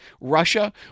russia